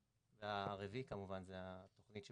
או --- והרביעי כמובן זה התכנית ש